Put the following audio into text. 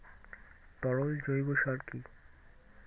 তরল জৈব সার কি?